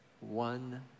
One